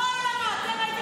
יאללה, קדימה.